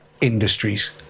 industries